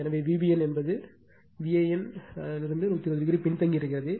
எனவே Vbn என்பது Van 120o இலிருந்து பின்தங்கியிருக்கிறது